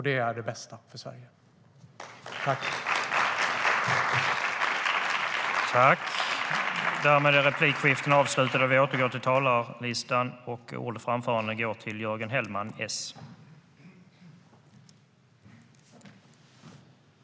Det är det bästa för Sverige.